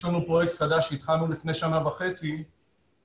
יש לנו פרויקט חדש שהתחלנו לפני שנה וחצי שאנחנו